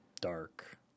dark